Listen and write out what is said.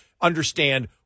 Understand